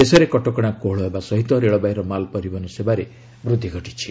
ଦେଶରେ କଟକଣା କୋହଳ ହେବା ସହିତ ରେଳବାଇର ମାଲ ପରିବହନ ସେବାରେ ବୃଦ୍ଧି ଘଟିଛି